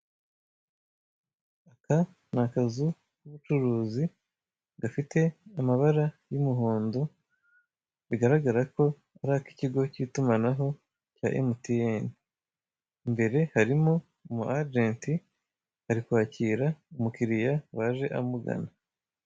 Aka ni akazu k'ubucuruzi gafite amabara y'umuhondo bigaragara ko ari ak'ikigo k'itumanaho cya MTN, imbere harimo umwagenti ari kwakira umukiriya waje amugana.